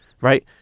right